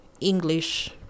english